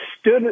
stood